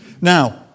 Now